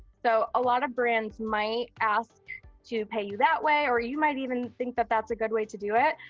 so a lot of brands might ask to pay you that way or you might even think that that's a good way to do it.